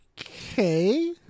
Okay